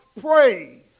praise